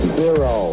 zero